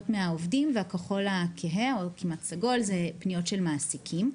מהעובדים והכחול הכהה אלו פניות של מעסיקים,